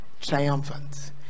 triumphant